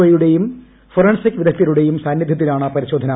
O യുടെയും forensic വിദഗ്ധരുടെയും സാന്നിധൃത്തിലാണ് പരിശോധന